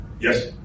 Yes